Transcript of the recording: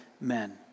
men